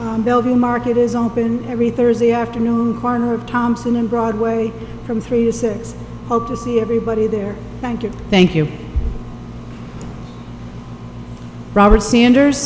building market is open every thursday afternoon corner of thompson and broadway from three to six hope to see everybody there thank you thank you robert sanders